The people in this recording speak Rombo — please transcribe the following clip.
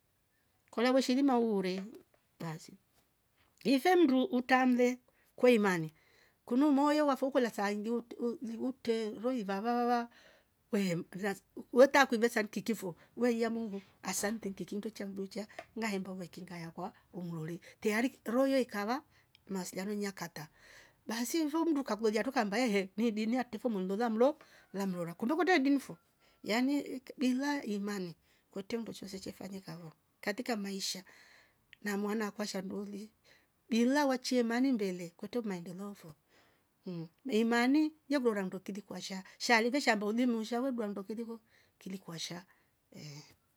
Kola weshirima hure basi ifemndu utamle kwa imani kunu moyo wafukula lasaingui uuuht jivute roiva vawa ehhm laz weta kulia sankikivo weia mungu asante nkikinducha mlucha na hemba weiki ngaya kwa umlole teyari kitroye kava nasadma nyakata, basi uvundum ukagoja tuka mbahe nidinia tifa mlongola mlo wamrora kumbuka teiginfo yani iik bila imani kwete mndu checheze fanika vo katika maisha na mwana kwasha mnduli bila wachie mani mbele kute maendeleo fo mhh weimani wevora mnokidi kwasha shalivi shamba uni nusha wedwaa ndokinivo kilikwasha ehh.